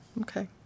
Okay